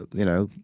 you know,